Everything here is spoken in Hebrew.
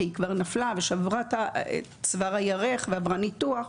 כי היא כבר נפלה ושברה את צוואר הירך ועברה ניתוח.